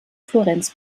florenz